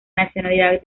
nacionalidad